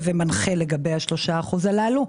ומנחה לגבי ה-3% הללו.